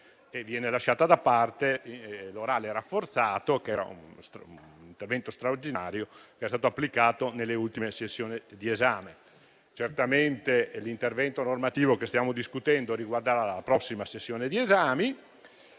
Viene lasciato da parte l'orale rafforzato, che era uno strumento straordinario che è stato applicato nelle ultime sessioni di esame. Certamente, l'intervento normativo che stiamo discutendo riguarda la prossima sessione di esami,